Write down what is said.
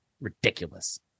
Ridiculous